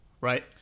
right